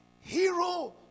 Hero